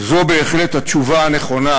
זו בהחלט התשובה הנכונה,